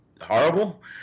horrible